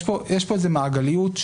יש פה איזושהי מעגליות,